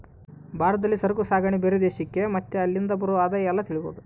ಭಾರತದಲ್ಲಿ ಸರಕು ಸಾಗಣೆ ಬೇರೆ ದೇಶಕ್ಕೆ ಮತ್ತೆ ಅಲ್ಲಿಂದ ಬರೋ ಆದಾಯ ಎಲ್ಲ ತಿಳಿಬೋದು